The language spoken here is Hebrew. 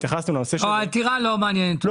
העתירה לא מעניינת אותי.